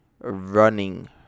Running